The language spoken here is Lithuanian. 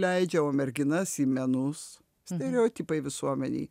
leidžia o merginas į menus stereotipai visuomenėj